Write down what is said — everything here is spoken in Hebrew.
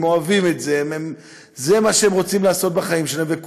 הם אוהבים את זה זה מה שהם רוצים לעשות בחיים שלהם.